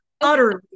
utterly